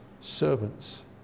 servants